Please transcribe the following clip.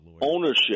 ownership